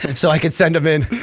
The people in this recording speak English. and so i can send them in,